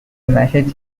message